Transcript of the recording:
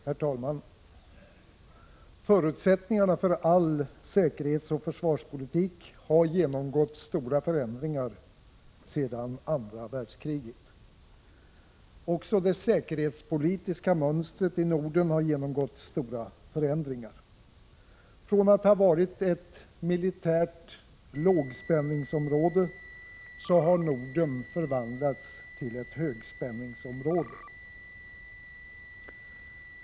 Herr talman! Förutsättningarna för all säkerhetsoch försvarspolitik har genomgått stora förändringar sedan andra världskriget. Också det säkerhetspolitiska mönstret i Norden har genomgått stora förändringar. Från att ha varit ett militärt ”lågspänningsområde” har Norden förvandlats till ett ”högspänningsområde”.